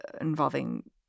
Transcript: involving